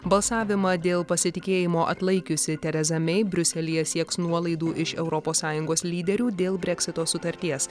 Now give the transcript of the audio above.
balsavimą dėl pasitikėjimo atlaikiusi tereza mei briuselyje sieks nuolaidų iš europos sąjungos lyderių dėl breksito sutarties